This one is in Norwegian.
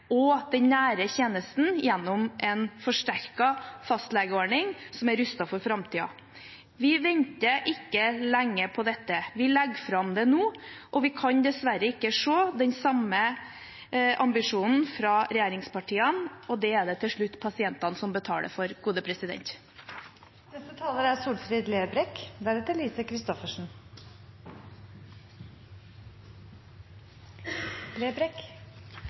og den nære tjenesten, gjennom en forsterket fastlegeordning som er rustet for framtiden. Vi venter ikke lenger på dette. Vi legger det fram nå, og vi kan dessverre ikke se den samme ambisjonen fra regjeringspartiene. Det er det til slutt pasientene som betaler for.